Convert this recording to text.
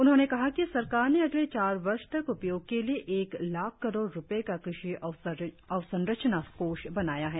उन्होंने कहा कि सरकार ने अगले चार वर्ष तक उपयोग के लिए एक लाख करोड रूपये का कृषि अवसंरचना कोष बनाया है